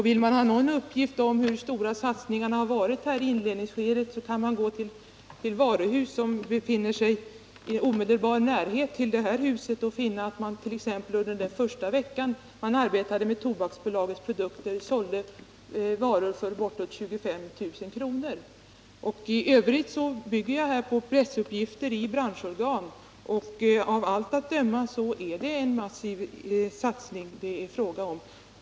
Vill man ha någon uppgift om hur stora satsningarna har varit i inledningsskedet, kan man gå till det stora varuhus som befinner sig i omedelbar närhet av det här huset och finna att de enligt uppgift under den första vecka som de arbetade med Tobaksbolagets produkter av dem sålde varor för bortåt 25 000 kr. Vad jag sagt bygger i huvudsak på pressuppgifter. Av allt att döma är det fråga om en massiv satsning.